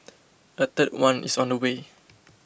a third one is on the way